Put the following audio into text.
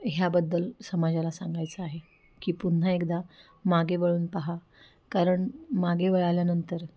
ह्याबद्दल समाजाला सांगायचं आहे की पुन्हा एकदा मागे वळून पहा कारण मागे वळल्यानंतर